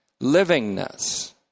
livingness